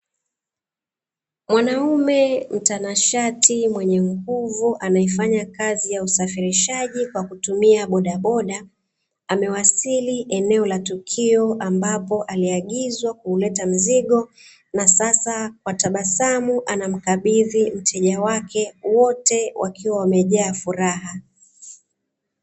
Mwanaume mtanashati mwenye nguvu anayefanya kazi ya usafirishaji kwa kutumia bodaboda, amewasili eneo la tukio ambapo aliagizwa kuleta mzigo na sasa kwa tabasamu anamkabidhi mteja wake, wote wakiwa wamejaa furaha.